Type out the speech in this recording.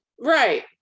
Right